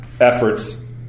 efforts